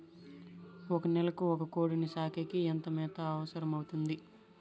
ఒక నెలకు ఒక కోడిని సాకేకి ఎంత మేత అవసరమవుతుంది?